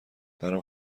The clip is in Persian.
برام